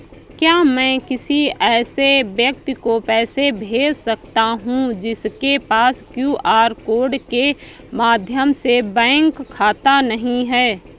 क्या मैं किसी ऐसे व्यक्ति को पैसे भेज सकता हूँ जिसके पास क्यू.आर कोड के माध्यम से बैंक खाता नहीं है?